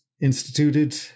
instituted